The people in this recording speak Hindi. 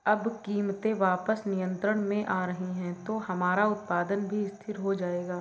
अब कीमतें वापस नियंत्रण में आ रही हैं तो हमारा उत्पादन भी स्थिर हो जाएगा